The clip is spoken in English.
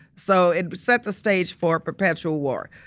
so it set the stage for perpetual war.